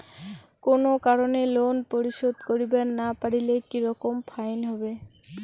কোনো কারণে লোন পরিশোধ করিবার না পারিলে কি রকম ফাইন হবে?